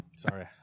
Sorry